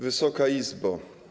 Wysoka Izbo!